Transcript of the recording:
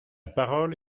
parole